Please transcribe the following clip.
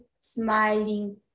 smiling